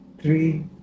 three